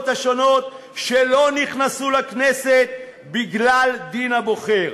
השונות שלא נכנסו לכנסת בגלל דין הבוחר.